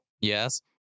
Yes